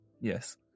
Yes